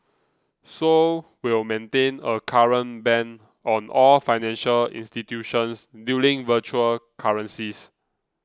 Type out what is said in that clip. seoul will maintain a current ban on all financial institutions dealing virtual currencies